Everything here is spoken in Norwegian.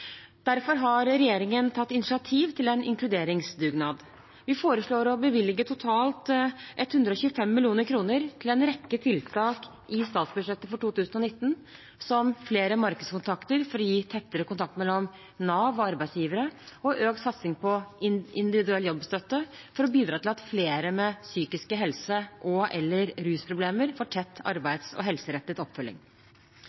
Derfor har regjeringen tatt initiativ til en inkluderingsdugnad. Vi foreslår å bevilge totalt 125 mill. kr til en rekke tiltak i statsbudsjettet for 2019, som flere markedskontakter, for å gi tettere kontakt mellom Nav og arbeidsgivere, og økt satsing på individuell jobbstøtte, for å bidra til at flere med problemer med psykisk helse og/eller rus får tett